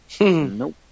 Nope